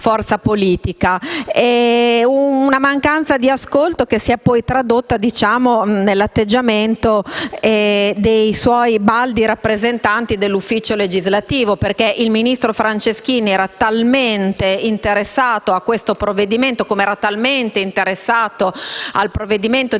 forza politica. Una mancanza di ascolto che si è poi tradotta nell'atteggiamento dei suoi baldi rappresentanti dell'ufficio legislativo, poiché il ministro Franceschini era talmente interessato a questo provvedimento - come era talmente interessato al provvedimento di